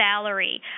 salary